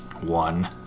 one